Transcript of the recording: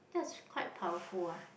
that's quite powerful ah